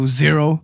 zero